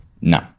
No